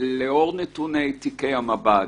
לאור נתוני תיקי המב"ד.